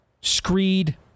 screed